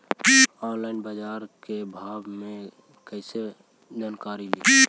Online बाजार भाव के बारे मे कैसे जानकारी ली?